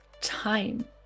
time